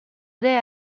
dea